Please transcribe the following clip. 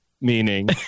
meaning